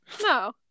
no